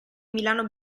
milano